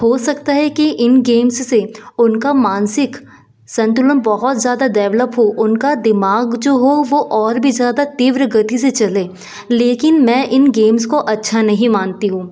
हो सकता है कि इन गेम्स से उनका मानसिक संतुलन बहुत ज़्यादा देभलप हो उनका दिमाग जो हो वह और भी ज़्यादा तीव्र गति से चले लेकिन मैं इन गेम्स को अच्छा नहीं मानती हूँ